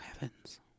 heavens